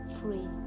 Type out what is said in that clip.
free